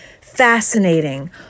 fascinating